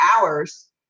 hours